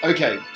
Okay